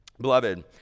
Beloved